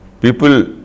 people